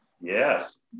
Yes